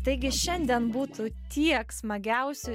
taigi šiandien būtų tiek smagiausių